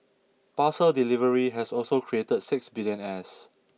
parcel delivery has also created six billionaires